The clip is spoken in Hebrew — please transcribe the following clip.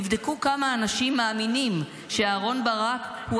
תבדקו כמה אנשים מאמינים שאהרן ברק הוא